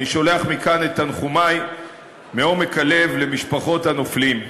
אני שולח מכאן את תנחומי מעומק הלב למשפחות הנופלים.